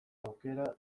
aukera